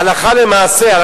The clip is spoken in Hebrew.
הלכה למעשה,